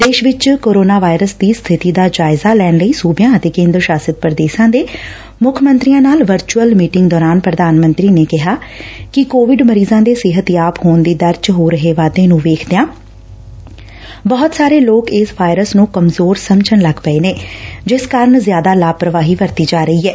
ਦੇਸ਼ ਵਿਚ corona virus ਦੀ ਸਬਿਤੀ ਦਾ ਜਾਇਜ਼ਾ ਲੈਣ ਲਈ ਸੁਬਿਆਂ ਅਤੇ ਕੇਂਦਰ ਸ਼ਾਸਤ ਪੁਦੇਸ਼ਾ ਦੇ ਮੁੱਖ ਮੰਤਰੀਆਂ ਨਾਲ ਵਰਚੁਅਲ ਮੀਟਿੰਗ ਦੌਰਾਨ ਪੁਧਾਨ ਮੰਤਰੀ ਨੇ ਕਿਹਾ ਕਿ ਕੋਵਿਡ ਮਰੀਜ਼ਾਂ ਦੇ ਸਿਹਤਯਾਬ ਹੋਣ ਦੀ ਦਰ ਚ ਹੋ ਰਹੇ ਵਾਧੇ ਨੂੰ ਵੇਖਦਿਆਂ ਬਹੁਤ ਸਾਰੇ ਲੋਕ ਇਸ ਵਾਇਰਸ ਨੂੰ ਕਮਜ਼ੋਰ ਸਮਝਣ ਲੱਗ ਪਏ ਨੇ ਜਿਸ ਕਾਰਨ ਜ਼ਿਆਦਾ ਲਾਪਰਵਾਹੀ ਵਰਤੀ ਜਾ ਰਹੀ ਐ